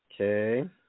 Okay